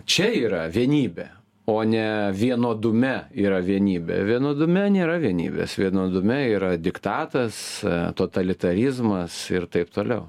čia yra vienybė o ne vienodume yra vienybė vienodume nėra vienybės vienodume yra diktatas totalitarizmas ir taip toliau